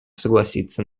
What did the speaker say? согласиться